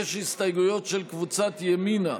יש הסתייגויות של קבוצת סיעת ישראל ביתנו,